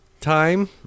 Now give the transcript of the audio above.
time